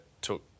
took